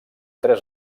tres